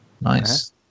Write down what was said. Nice